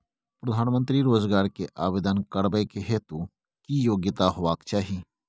प्रधानमंत्री रोजगार के आवेदन करबैक हेतु की योग्यता होबाक चाही?